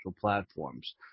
platforms